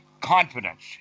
confidence